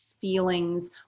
feelings